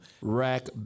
Rack